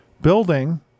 building